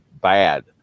bad